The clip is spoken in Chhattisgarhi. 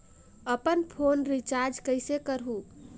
अपन फोन रिचार्ज कइसे करहु?